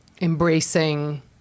embracing